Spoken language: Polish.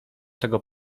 tego